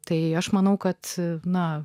tai aš manau kad na